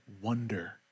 wonder